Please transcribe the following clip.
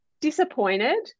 disappointed